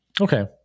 Okay